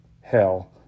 hell